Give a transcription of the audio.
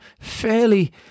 fairly